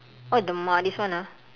!wah! this one ah